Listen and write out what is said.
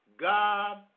God